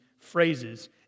phrases